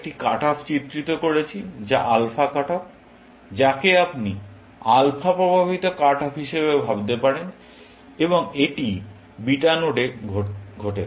আমরা একটি cut off চিত্রিত করেছি যা আলফা কাট অফ যাকে আপনি আলফা প্রভাবিত কাট অফ হিসাবেও ভাবতে পারেন এবং এটি বিটা নোডে ঘটে থাকে